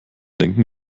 denken